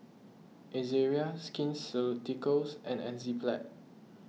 Ezerra Skin Ceuticals and Enzyplex